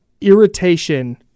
irritation